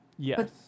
Yes